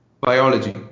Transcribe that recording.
biology